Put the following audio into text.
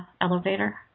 elevator